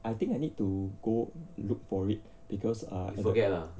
I think I need to go look for it because err